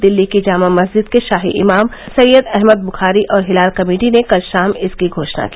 दिल्ली की जामा मस्जिद के शाही इमाम सैय्यद अहमद बुखारी और हिलाल कमेटी ने कल शाम इसकी घोषणा की